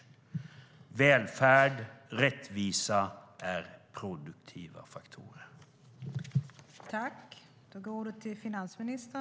Välfärd och rättvisa är produktiva faktorer.